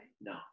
No